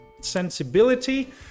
sensibility